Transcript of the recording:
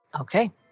Okay